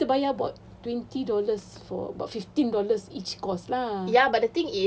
so kita bayar about twenty dollars for about fifteen dollars each course lah